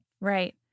Right